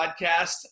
Podcast